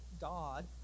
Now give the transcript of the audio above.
God